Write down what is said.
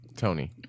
Tony